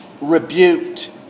rebuked